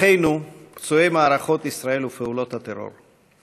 אחינו פצועי מערכות ישראל ופעולות הטרור.